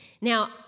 Now